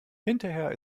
hinterher